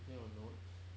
is it your notes